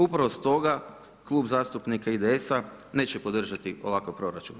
Upravo stoga Klub zastupnika IDS-a neće podržati ovakav proračun.